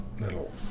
little